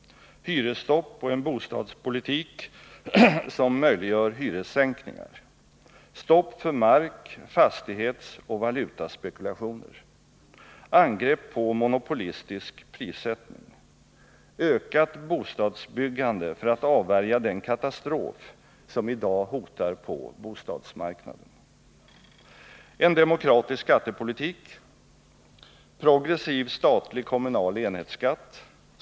Hyresstopp och en bostadspolitik som möjliggör hyressänkningar. Stopp för mark-, fastighetsoch valutaspekulationer. Angrepp på monopolistisk prissättning. Ökat bostadsbyggande för att avvärja den katastrof som i dag hotar på bostadsmarknaden. En demokratisk skattepolitik: Progressiv statlig-kommunal enhetsskatt.